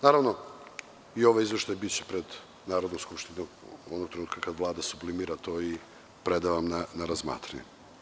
Naravno, i ovaj izveštaj biće pred Narodnom skupštinom onog trenutka kada Vlada sublimira to i preda na razmatranje.